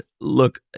Look